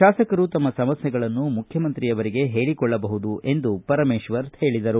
ಶಾಸಕರು ತಮ್ಮ ಸಮಸ್ಥೆಗಳನ್ನು ಮುಖ್ಯಮಂತ್ರಿಯವರಿಗೆ ಹೇಳಕೊಳ್ಳಬಹುದು ಎಂದು ಅವರು ಹೇಳದರು